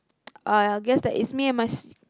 uh I'll guess that is me and my